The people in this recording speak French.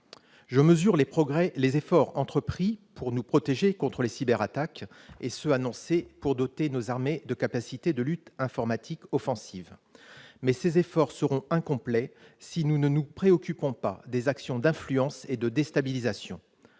Je mesure les efforts entrepris pour nous protéger contre les cyberattaques et ceux qui sont annoncés pour doter nos armées de capacités de lutte informatique offensives, mais ces efforts seront incomplets si nous ne nous préoccupons pas des actions d'influence et de déstabilisation.